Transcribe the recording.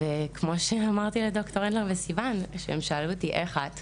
כמו שאמרתי לדר' הנדלר וסיוון כששאלו אותי מה שלומי,